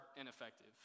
ineffective